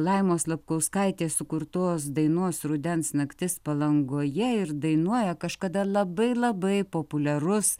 laimos lapkauskaitės sukurtos dainos rudens naktis palangoje ir dainuoja kažkada labai labai populiarus